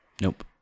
Nope